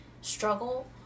struggle